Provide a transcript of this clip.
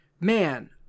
man